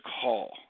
call